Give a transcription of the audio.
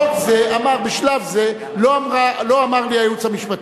חוק זה אמר, בשלב זה לא אמר לי הייעוץ המשפטי.